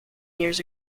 years